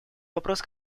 вопрос